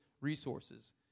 resources